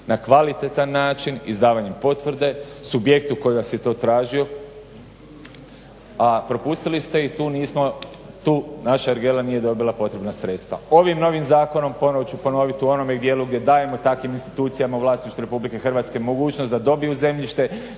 na kvalitetan način izdavanjem potvrde subjektu koji vas je to tražio a propustili ste i tu nismo tu naša ergela nije dobila potrebna sredstva. Ovim novim zakonom ponovo ću ponovit u onome dijelu gdje dajemo takim institucijama u vlasništvu Republike Hrvatske mogućnost da dobiju zemljište